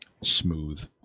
smooth